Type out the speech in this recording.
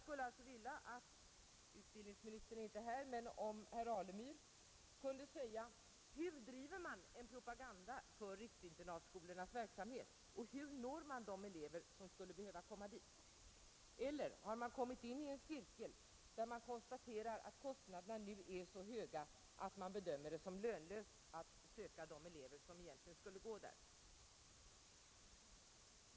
Utbildnings ministern är inte här, men herr Alemyr kan kanske säga hur propagandan för riksinternatskolornas verksamhet bedrivs. Och hur når man de elever som skulle behöva komma till dessa skolor? Har man kommit in i en cirkel, där man konstaterar att kostnaderna nu är så höga att man bedömer det som lönlöst att söka de elever som egentligen borde gå där?